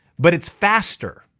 but it's faster.